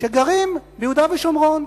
שגרים ביהודה ושומרון,